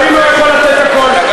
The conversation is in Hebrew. אלוהים לא יכול לתת הכול.